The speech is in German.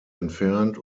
entfernt